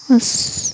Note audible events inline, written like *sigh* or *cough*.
*unintelligible*